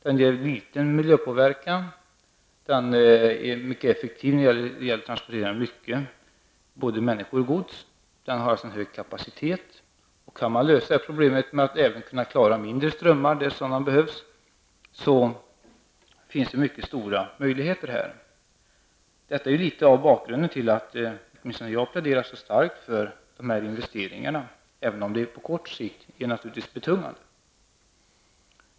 Den har en liten miljöpåverkan, och den är mycket effektiv när det gäller att transportera stora mängder, både människor och gods. Järnvägen har alltså en hög kapacitet. Kan man lösa problemet även med de mindre trafikströmmarna, finns här mycket stora möjligheter. Detta är litet av bakgrunden till att jag pläderar så starkt för dessa investeringar, även om de naturligtvis på kort sikt kan bli betungande.